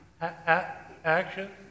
action